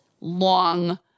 long